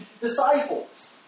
disciples